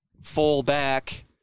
fullback